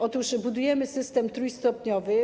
Otóż budujemy system trójstopniowy.